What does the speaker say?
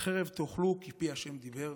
חרב תאכלו, כי פי ה' דבר".